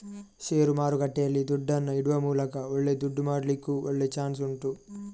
ಷೇರು ಮಾರುಕಟ್ಟೆಯಲ್ಲಿ ದುಡ್ಡನ್ನ ಇಡುವ ಮೂಲಕ ಒಳ್ಳೆ ದುಡ್ಡು ಮಾಡ್ಲಿಕ್ಕೂ ಒಳ್ಳೆ ಚಾನ್ಸ್ ಉಂಟು